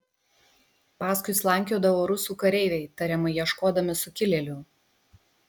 paskui slankiodavo rusų kareiviai tariamai ieškodami sukilėlių